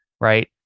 right